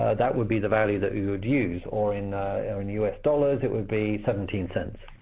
that would be the value that you would use, or in or in u s dollars it would be seventeen cents.